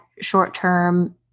short-term